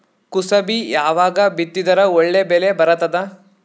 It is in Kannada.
ಕುಸಬಿ ಯಾವಾಗ ಬಿತ್ತಿದರ ಒಳ್ಳೆ ಬೆಲೆ ಬರತದ?